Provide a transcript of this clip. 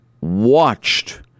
watched